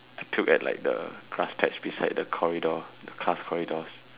I puke at like the grass patch beside the corridor the class corridors